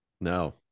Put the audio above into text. No